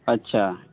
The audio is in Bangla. আচ্ছা